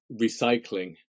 recycling